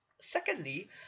Secondly